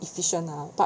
efficient lah but